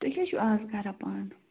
تُہۍ کیاہ چھِو آز کران پانہ